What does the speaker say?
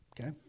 Okay